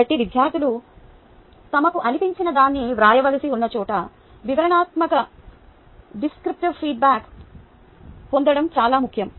కాబట్టి విద్యార్థులు తమకు అనిపించినదాన్ని వ్రాయవలసి ఉన్న చోట వివరణాత్మక డేస్క్రిపటివ్ ఫీడ్బ్యాక్ పొందడం చాలా ముఖ్యం